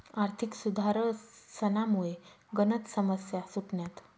आर्थिक सुधारसनामुये गनच समस्या सुटण्यात